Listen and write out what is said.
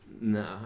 No